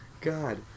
God